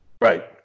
Right